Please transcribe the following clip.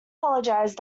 apologize